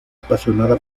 apasionada